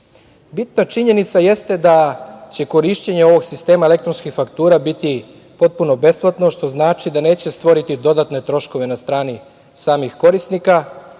PDV-a. Bitna činjenica jeste da će korišćenje ovog sistema elektronskih faktura biti potpuno besplatno, što znači da neće stvoriti dodatne troškove na strani samih korisnika,